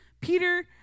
Peter